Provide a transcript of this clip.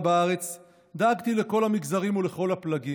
בארץ דאגתי לכל המגזרים ולכל הפלגים.